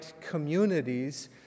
communities